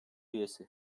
üyesi